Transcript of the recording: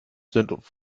sind